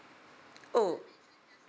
oh